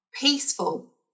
peaceful